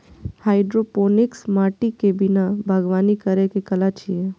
hydroponics माटि के बिना बागवानी करै के कला छियै